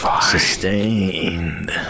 Sustained